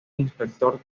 inspector